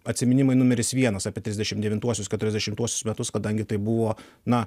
atsiminimai numeris vienas apie trisdešim devintuosius keturiasdešimtuosius metus kadangi tai buvo na